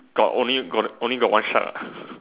got only got only got one shack ah